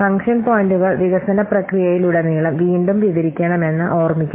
function പോയിന്റുകൾ വികസന പ്രക്രിയയിലുടനീളം വീണ്ടും വിവരിക്കണമെന്ന് ഓർമ്മിക്കുക